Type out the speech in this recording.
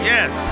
Yes